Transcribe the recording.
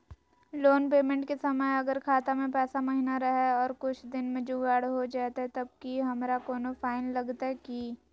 Loan payment के समय अगर खाता में पैसा महिना रहै और कुछ दिन में जुगाड़ हो जयतय तब की हमारा कोनो फाइन लगतय की?